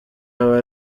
aba